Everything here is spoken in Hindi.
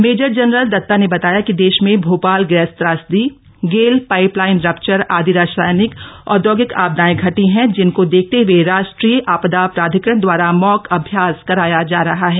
मेजर जनरल दत्ता ने बताया कि देश में भोपाल गैस त्रासदी गेल पाइपलाइन रप्चर आदि रासायनिक औद्योगिक आपदायें घटी हैं जिनको देखते हुए राष्ट्रीय आपदा प्राधिकरण हारा मॉक अभ्यास कराया जा रहा है